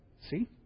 See